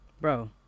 bro